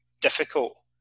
difficult